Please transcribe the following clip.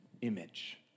image